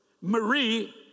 Marie